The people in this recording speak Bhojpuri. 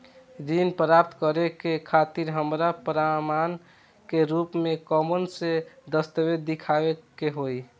ऋण प्राप्त करे के खातिर हमरा प्रमाण के रूप में कउन से दस्तावेज़ दिखावे के होइ?